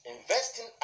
Investing